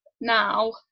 now